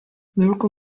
lyrical